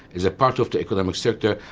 as a part of the economic structure,